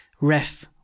ref